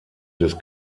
des